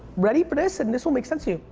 ready for this and this will make sense to you.